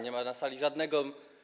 Nie ma na sali żadnego.